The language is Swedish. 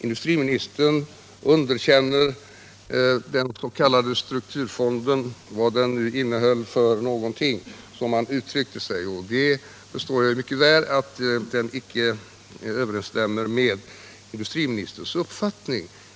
Industriministern underkänner den s.k. strukturfonden — vad den nu innehöll för någonting, som han uttryckte sig — och jag förstår mycket väl att den icke överensstämmer med industriministerns uppfattning.